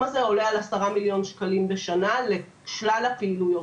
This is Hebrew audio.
הזה עולה על 10,000,000 ₪ בשנה לשלל הפעילויות,